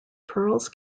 pearls